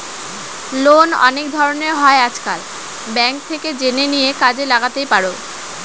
loan অনেক ধরনের হয় আজকাল, ব্যাঙ্ক থেকে জেনে নিয়ে কাজে লাগাতেই পারো